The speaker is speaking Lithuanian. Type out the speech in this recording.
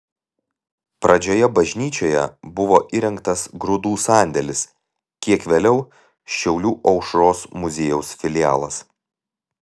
pradžioje bažnyčioje buvo įrengtas grūdų sandėlis kiek vėliau šiaulių aušros muziejaus filialas